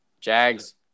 Jags